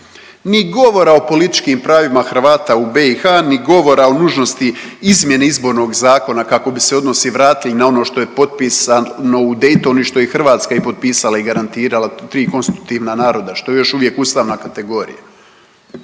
Ni govora o političkim pravima Hrvata u BiH, ni govora o nužnosti izmjene izbornog zakona kako bi se odnosi vratili na ono što je potpisano u Daytonu i što je Hrvatska i potpisala i garantirala, tri konstitutivna naroda što je još uvijek ustavna kategorija.